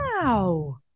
Wow